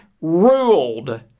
ruled